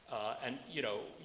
and you know,